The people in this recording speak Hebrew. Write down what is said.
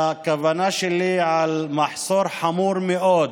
הכוונה שלי היא למחסור חמור מאוד